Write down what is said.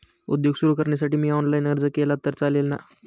उद्योग सुरु करण्यासाठी मी ऑनलाईन अर्ज केला तर चालेल ना?